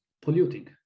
polluting